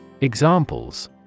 Examples